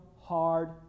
hard